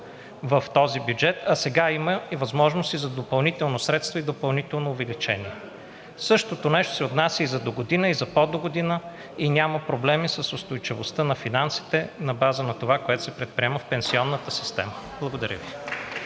в този бюджет, а сега има възможност и за допълнителни средства и допълнително увеличение. Същото нещо се отнася и за догодина, и за по-догодина и няма проблеми с устойчивостта на финансите на база на това, което се предприема в пенсионната система. Благодаря Ви.